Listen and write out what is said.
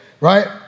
right